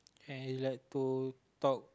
and he like to talk